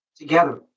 together